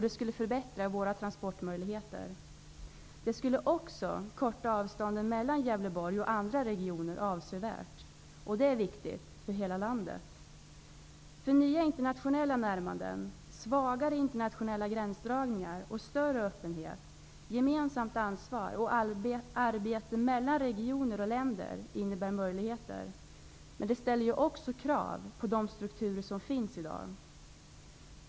De skulle förbättra våra transportmöjligheter. De skulle också korta avstånden mellan Gävleborg och andra regioner avsevärt. Det är viktigt för hela landet. Nya internationella närmanden, svagare nationella gränsdragningar, större öppenhet, gemensamt ansvar och arbete mellan regioner och länder innebär möjligheter. Men det ställer också krav på de strukturer som finns i dag.